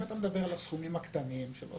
אם אתה מדבר על הסכומים הקטנים שלא